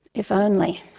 if only.